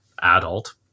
adult